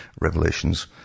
revelations